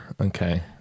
Okay